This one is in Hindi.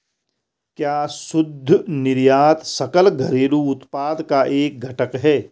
क्या शुद्ध निर्यात सकल घरेलू उत्पाद का एक घटक है?